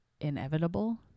inevitable